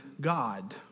God